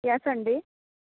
ह्या संडे